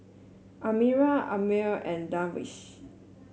Amirah Ammir and Darwish